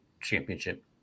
championship